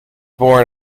born